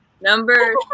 number